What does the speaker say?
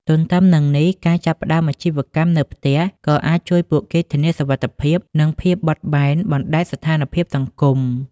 ទន្ទឹមនឹងនេះ ការចាប់ផ្តើមអាជីវកម្មនៅផ្ទះក៏អាចជួយពួកគេធានាសុវត្ថិភាព និងភាពបត់បែនបណ្តែតស្ថានភាពសង្គម។